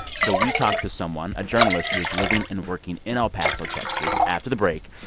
so we talked to someone, a journalist who is living and working in el paso, texas, after the break,